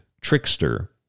trickster